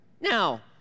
Now